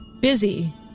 busy